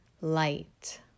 light